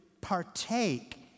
partake